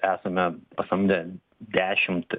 esame pasamdę dešimt